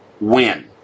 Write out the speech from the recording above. win